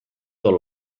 tot